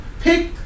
pick